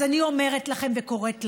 אז אני אומרת לכם וקוראת לכם: